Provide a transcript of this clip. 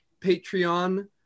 patreon